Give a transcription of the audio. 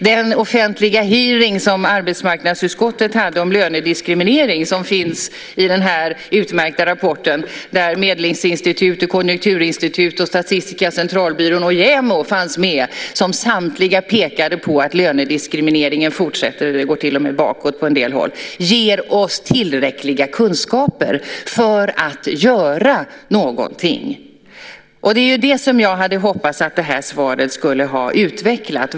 Den offentliga hearing som arbetsmarknadsutskottet hade om lönediskriminering, som finns i en utmärkt rapport, där Medlingsinstitutet, Konjunkturinstitutet, Statistiska centralbyrån och JämO fanns med - som samtliga pekade på att lönediskrimineringen fortsätter och till och med ökar på en del håll - ger oss tillräckliga kunskaper för att göra någonting. Det är det som jag hade hoppats att det här svaret skulle ha utvecklat.